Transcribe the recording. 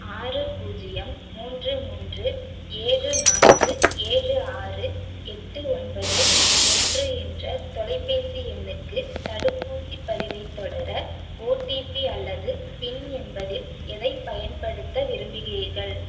ஆறு பூஜ்ஜியம் மூன்று மூன்று ஏழு நான்கு ஏழு ஆறு எட்டு ஒன்பது ஒன்று என்ற தொலைபேசி எண்ணுக்கு தடுப்பூசிப் பதிவைத் தொடர ஓடிபி அல்லது பின் என்பதில் எதைப் பயன்படுத்த விரும்புகிறீர்கள்